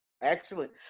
Excellent